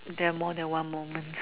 there are more than one moment